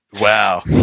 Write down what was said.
Wow